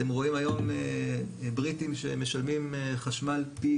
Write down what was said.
אתם רואים היום בריטים שמשלמים חשמל פי